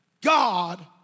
God